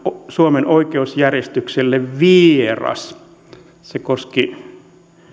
suomen oikeusjärjestykselle vieras se koski